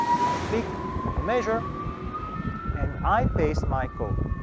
right-click, new measure and i paste my code.